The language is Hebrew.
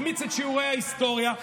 החמיץ את שיעורי ההיסטוריה,